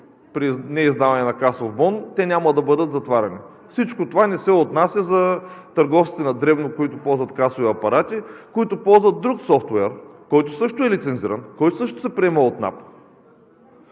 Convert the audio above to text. при неиздаване на касов бон те няма да бъдат затваряни. Всичко това не се отнася за търговците на дребно, които ползват касови апарати, които ползват друг софтуер, който също е лицензиран, който също се приема от НАП.